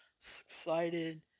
excited